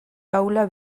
taula